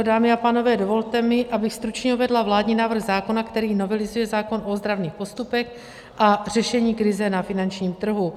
Dámy a pánové, dovolte mi, abych stručně uvedla vládní návrh zákona, který novelizuje zákon o ozdravných postupech a řešení krize na finančním trhu.